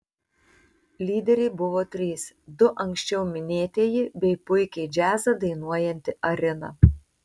lyderiai buvo trys du anksčiau minėtieji bei puikiai džiazą dainuojanti arina